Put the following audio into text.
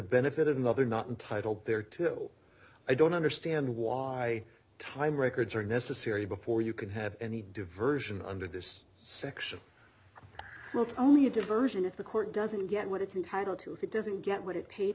benefit of another not entitled there to i don't understand why time records are necessary before you can have any diversion under this section only a diversion if the court doesn't get what it's entitle to if it doesn't get